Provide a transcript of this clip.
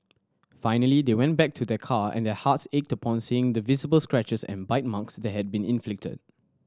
finally they went back to their car and their hearts ached upon seeing the visible scratches and bite marks that had been inflicted